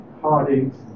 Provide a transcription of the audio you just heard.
heartaches